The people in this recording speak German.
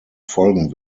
folgen